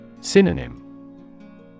Synonym